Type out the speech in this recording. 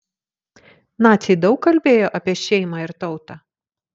naciai daug kalbėjo apie šeimą ir tautą